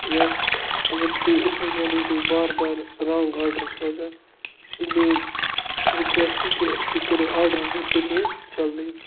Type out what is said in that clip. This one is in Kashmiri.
یا اگر تُہۍ یِتھَے کٔنۍ روٗزِو بار بار رانٛگ آرڈَر سوزان اِسی لیے چھِ رِکوٮ۪سٹ کہِ تُہۍ کٔرِو آرڈَر رِپٕلیس جلدی